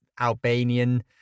albanian